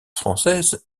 française